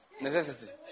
Necessity